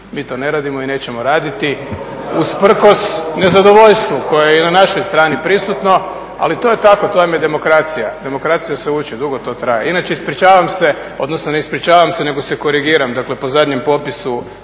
Mi to ne radimo i nećemo raditi usprkos nezadovoljstvu koje je i na našoj strani prisutno ali to je tako, to vam je demokracija. Demokracija se uči, dugo to traje. Inače ispričavam se, odnosno ne ispričavam se nego se korigiram, dakle po zadnjem popisu